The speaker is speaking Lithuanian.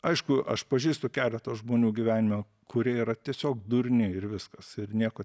aišku aš pažįstu keletą žmonių gyvenime kurie yra tiesiog durni ir viskas ir nieko